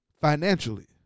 financially